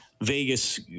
Vegas